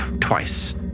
twice